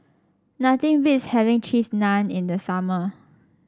nothing beats having Cheese Naan in the summer